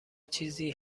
چیزی